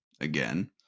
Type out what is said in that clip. again